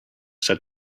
said